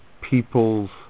people's